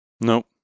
nope